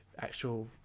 Actual